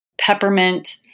Peppermint